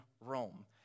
Rome